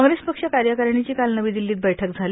काँग्रेस पक्ष कार्यकारणीची काल नवी दिल्लीत बैठक झाली